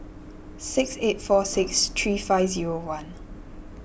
six eight four six three five zero one